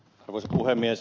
arvoisa puhemies